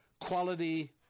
quality